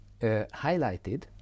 highlighted